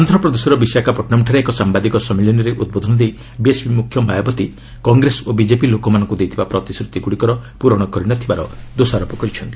ଆନ୍ଧ୍ରପ୍ରଦେଶର ବିଶାଖାପଟନମଠାରେ ଏକ ସାମ୍ବାଦିକ ସମ୍ମିଳନୀରେ ଉଦ୍ବୋଧନ ଦେଇ ବିଏସ୍ପି ମ୍ରଖ୍ୟ ମାୟାବତୀ' କଂଗ୍ରେସ ଓ ବିଜେପି ଲୋକମାନଙ୍କୁ ଦେଇଥିବା ପ୍ରତିଶ୍ରତିଗ୍ରଡ଼ିକର ପ୍ରରଣ କରିନଥିବାର ଦୋଷାରୋପ କରିଛନ୍ତି